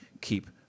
keep